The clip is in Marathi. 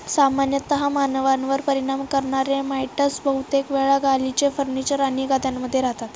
सामान्यतः मानवांवर परिणाम करणारे माइटस बहुतेक वेळा गालिचे, फर्निचर आणि गाद्यांमध्ये रहातात